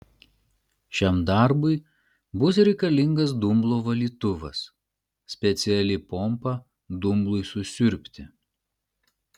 šiam darbui bus reikalingas dumblo valytuvas speciali pompa dumblui susiurbti